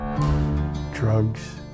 Drugs